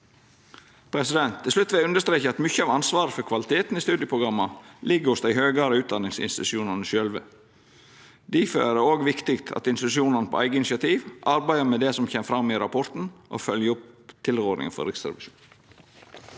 rapporten. Til slutt vil eg understreka at mykje av ansvaret for kvaliteten i studieprogramma ligg hos dei høgare utdanningsinstitusjonane sjølve. Difor er det òg viktig at institusjonane på eige initiativ arbeider med det som kjem fram i rapporten, og følgjer opp tilrådingane frå Riksrevisjonen.